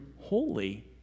holy